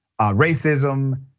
racism